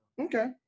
Okay